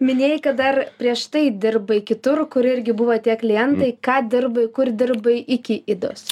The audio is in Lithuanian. minėjai kad dar prieš tai dirbai kitur kur irgi buvo tie klientai ką dirbai kur dirbai iki idos